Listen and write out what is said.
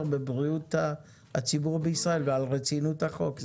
בבריאות הציבור בישראל ועל רצינות החוק.